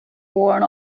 worn